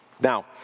Now